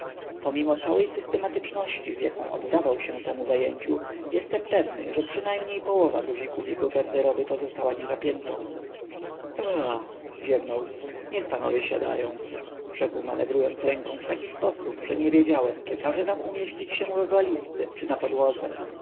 pomimo całej systematyczności z jaką oddawał się temu zajęciu jestem pewny że przynajmniej połowa guzików jego garderoby pozostała niezapiętą aaa ziewnął niech panowie siadają rzekł manewrując ręką w taki sposób że nie wiedziałem czy każe nam umieścić się w walizie czy na podłodze